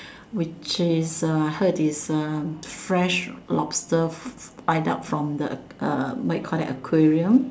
which is a heard is a fresh lobster right out from the uh what did you call that aquarium